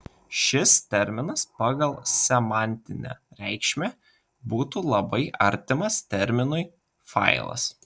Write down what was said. šis terminas pagal semantinę reikšmę būtų labai artimas terminui failas